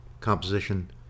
composition